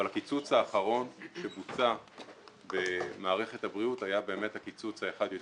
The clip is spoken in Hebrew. הקיצוץ האחרון שבוצע במערכת הבריאות היה באמת קיצוץ אחד יותר מדי.